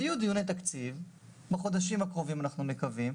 יהיו דיוני תקציב בחודשים הקרובים, אנחנו מקווים.